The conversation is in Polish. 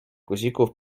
guzików